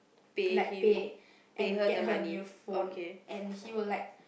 like pay and get her a new phone and he will like